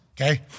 okay